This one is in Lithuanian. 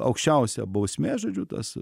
aukščiausia bausmė žodžiu tas